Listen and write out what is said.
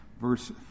verse